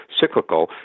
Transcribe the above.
cyclical